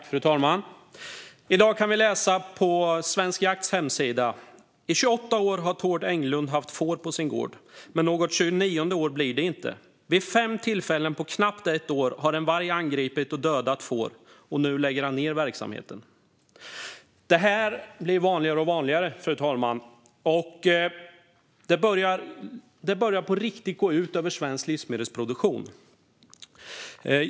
Fru talman! I dag kan vi läsa på Svensk Jakts hemsida: "I 28 år har Tord Englund haft får. Men något 29:e blir det inte. Vid fem tillfällen på knappt ett år har varg angripit och dödat får på gården. Nu lägger han ner verksamheten." Detta blir vanligare och vanligare, fru talman, och det börjar på riktigt gå ut över svensk livsmedelsproduktion.